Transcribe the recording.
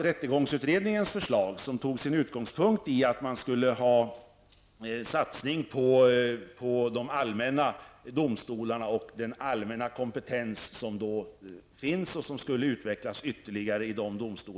Rättegångsutredningens förslag hade sin utgångspunkt i att man skulle göra en satsning på de allmänna domstolarna och att den allmänna kompetensen där skulle utvecklas ytterligare.